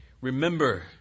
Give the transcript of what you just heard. remember